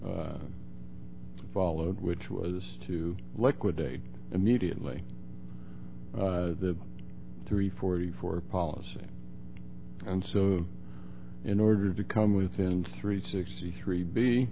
and followed which was to let quit date immediately the three forty four policy and so in order to come within three sixty three b